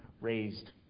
raised